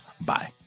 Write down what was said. bye